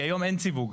כי היום אין סיווג.